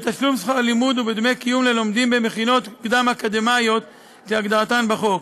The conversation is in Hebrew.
בתשלום שכר לימוד ובדמי קיום ללומדים במכינות קדם-אקדמיות כהגדרתן בחוק,